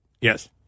Yes